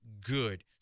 good